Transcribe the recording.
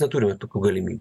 neturime tokių galimybių